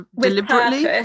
deliberately